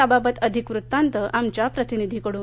याबाबत अधिक वृत्तांत आमच्या प्रतिनिधीकडून